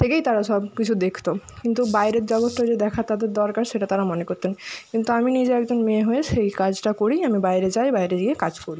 থেকেই তারা সবকিছু দেখতো কিন্তু বাইরের জগতটা যে দেখা তাদের দরকার সেটা তারা মনে করতেন কিন্তু আমি নিজে একজন মেয়ে হয়ে সেই কাজটা করি আমি বাইরে যাই বাইরে গিয়ে কাজ করি